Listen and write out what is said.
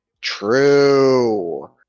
True